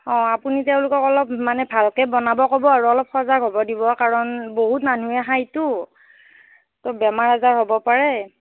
অঁ আপুনি তেওঁলোকক অলপ মানে ভালকৈ বনাব ক'ব আৰু অলপ সজাগ হ'ব দিব কাৰণ বহুত মানুহে খাইতো তো বেমাৰ আজাৰ হ'ব পাৰে